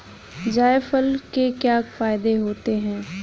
जायफल के क्या फायदे होते हैं?